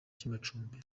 cy’amacumbi